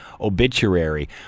obituary